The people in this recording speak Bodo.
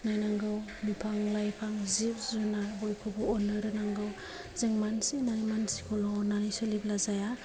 नायनांगौ बिफां लाइफां जिब जुनार बयखौबो अननो रोंनांगौ जों मानसि नाय मानसिखौलो अननानै सोलिब्ला जाया